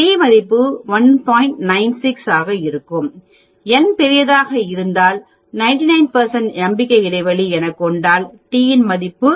96 ஆக இருக்கும் n பெரியதாக இருந்தால் 99நம்பிக்கை இடைவெளி எனக் கொண்டால் t மதிப்பு 2